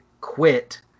quit